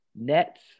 Nets